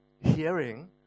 hearing